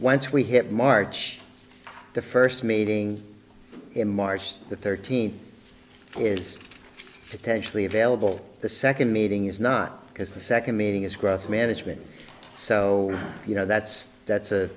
once we hit march the first meeting in march the thirteenth is potentially available the second meeting is not because the second meeting is growth management so you know that's that's a